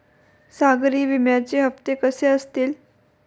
सागरी विम्याचे हप्ते कसे असतील?